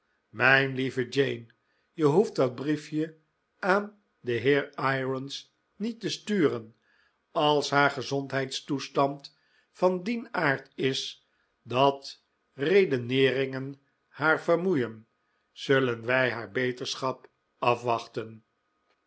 mijn lieve jane je hoeft dat briefje aan den heer irons niet te sturen als haar gezondheidstoestand van dien aard is dat redeneeringen haar vermoeien zullen wij haar beterschap afwachten